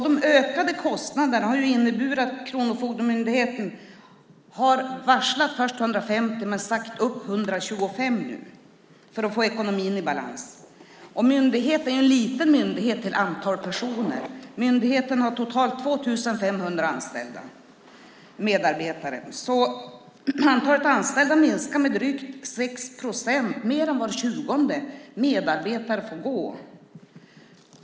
De ökade kostnaderna har inneburit att Kronofogdemyndigheten har varslat först 150 och sagt upp 125 nu för att få ekonomin i balans. Det är en liten myndighet till antalet personer. Myndigheten har totalt 2 500 anställda medarbetare. Antalet anställda minskar med drygt 6 procent. Mer än var tjugonde medarbetare får gå.